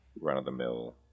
run-of-the-mill